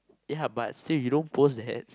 ya but still you don't post that